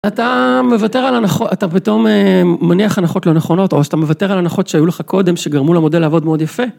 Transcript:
אתה מוותר על הנחות, אתה פתאום מניח הנחות לא נכונות, או שאתה מוותר על הנחות שהיו לך קודם, שגרמו למודל לעבוד מאוד יפה?